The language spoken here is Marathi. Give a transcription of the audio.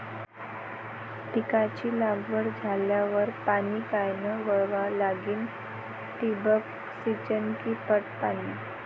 पिकाची लागवड झाल्यावर पाणी कायनं वळवा लागीन? ठिबक सिंचन की पट पाणी?